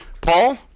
Paul